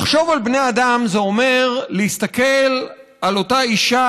לחשוב על בני אדם זה אומר להסתכל על אותה אישה